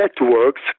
networks